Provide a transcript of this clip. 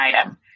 item